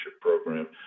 program